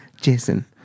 Jason